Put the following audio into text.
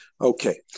Okay